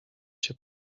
się